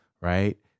right